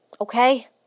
Okay